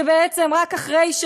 שבעצם רק אחרי,